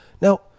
Now